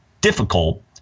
difficult